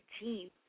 team